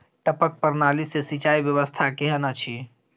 टपक प्रणाली से सिंचाई व्यवस्था केहन अछि?